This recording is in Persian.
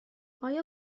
آیا